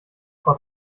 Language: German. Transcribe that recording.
frau